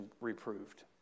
reproved